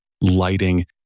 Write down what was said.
lighting